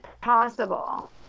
possible